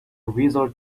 wizard